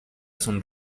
son